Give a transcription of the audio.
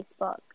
Facebook